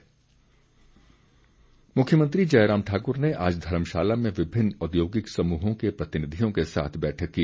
मुख्यमंत्री मुख्यमंत्री जयराम ठाकुर ने आज धर्मशाला में विभिन्न औद्योगिक समूहों के प्रतिनिधियों के साथ बैठक की